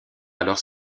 alors